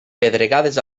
pedregades